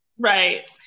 Right